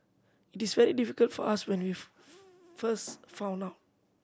it is very difficult for us when first found out